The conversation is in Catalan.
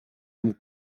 amb